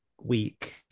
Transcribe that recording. week